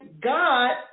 god